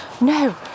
no